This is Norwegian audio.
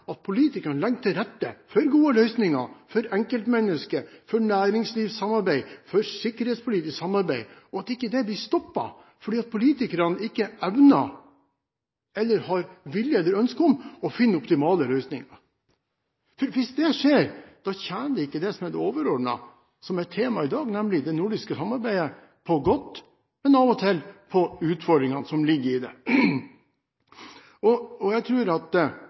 at politikerne legger til rette for gode løsninger for enkeltmennesket, for næringslivssamarbeid, for sikkerhetspolitisk samarbeid, og at det ikke blir stoppet fordi politikerne ikke evner, eller ikke har vilje til eller ønske om, å finne optimale løsninger. Hvis det skjer, tjener det ikke det som er det overordnede, det som er tema i dag: det nordiske samarbeidet – på godt, men av og til på utfordringene som ligger i det. Jeg tror som sagt at